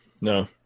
no